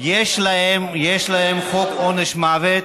יש להן חוק עונש מוות.